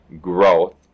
growth